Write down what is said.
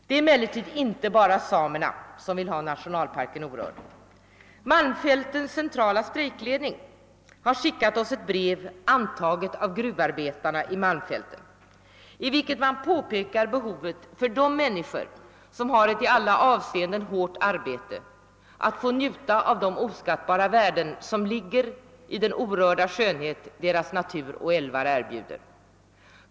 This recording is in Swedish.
Det är emellertid inte bara samerna som vill ha nationalparken orörd. Malmfältens centrala strejkledning har skickat oss ett brev, antaget av gruvarbetar na i malmfälten, i vilket man påpekar behovet för de människor, som har ctt i alla avseenden hårt arbete, att få njuta av de oskattbara värden som ligger i den orörda skönhet deras natur och älvar erbjuder.